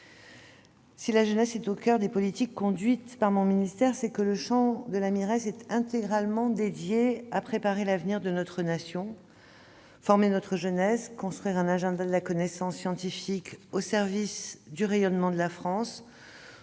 Si la jeunesse est au coeur des politiques conduites par mon ministère, c'est que le champ de la Mires est intégralement dédié à préparer l'avenir de notre nation. Former notre jeunesse, construire un agenda de la connaissance scientifique au service du rayonnement de la France